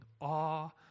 awe